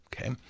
Okay